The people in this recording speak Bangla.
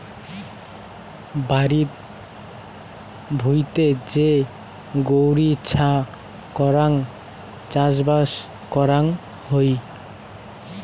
বাড়িত ভুঁইতে যে গৈরী ছা করাং চাষবাস করাং হই